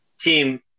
team